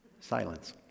silence